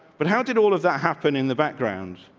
but how did all of that happen in the background?